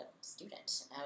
student